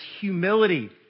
humility